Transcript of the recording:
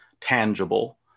tangible